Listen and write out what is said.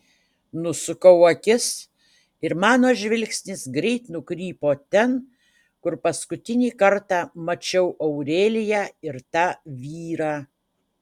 nusukau akis ir mano žvilgsnis greit nukrypo ten kur paskutinį kartą mačiau aureliją ir tą vyrą